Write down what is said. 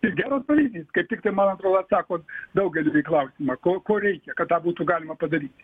ir geras pavyzdys kaip tiktai man atrodo atsako daugeliui į klausimą ko ko reikia kad tą būtų galima padaryti